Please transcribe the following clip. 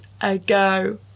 ago